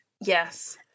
yes